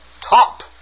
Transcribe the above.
top